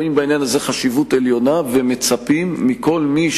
רואים בעניין הזה חשיבות עליונה ומצפים מכל מי